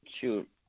shoot